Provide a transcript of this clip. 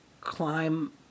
climb